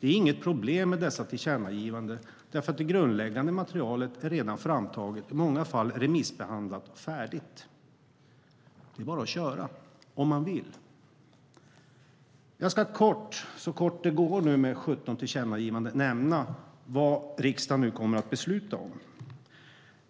Det är inget problem med dessa tillkännagivanden, för det grundläggande materialet är redan framtaget och i många fall remissbehandlat och färdigt. Det är bara att köra, om man vill. Jag ska kort, så kort det går med 17 tillkännagivanden, nämna vad riksdagen nu kommer att besluta om.